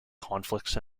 conflicts